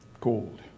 gold